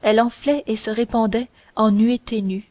elle enflait et se répandait en nuées ténues